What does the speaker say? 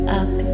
up